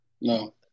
No